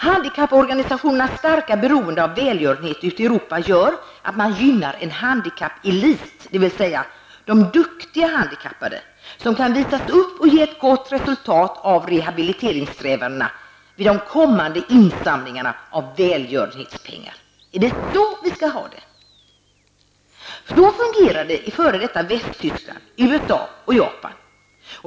Handikapporganisationernas starka beroende av välgörenhet ute i Europa medför att man gynnar en handikappelit, dvs. de ''duktiga'' handikappade, som kan visas upp och ge ett gott resultat av rehabiliteringssträvandena vid kommande insamling av välgörenhetspengar. Är det så vi skall ha det? Så fungerar det i f.d. Västtyskland, USA och Japan.